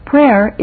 Prayer